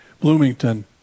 Bloomington